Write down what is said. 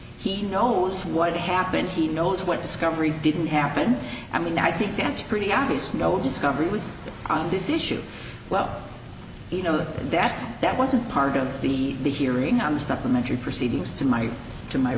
he knows what happened he knows what discovery didn't happen i mean i think that's pretty obvious no discovery was on this issue well you know that that wasn't part of the the hearing on the supplementary proceedings to my to my